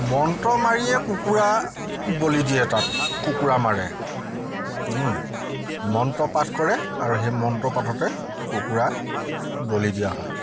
মন্ত্ৰ মাৰিয়ে কুকুৰা বলি দিয়ে তাত কুকুৰা মাৰে মন্ত্ৰ পাঠ কৰে আৰু সেই মন্ত্ৰ পাঠতে কুকুৰা বলি দিয়া হয়